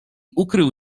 ukrył